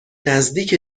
نزدیک